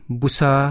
busa